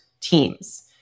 teams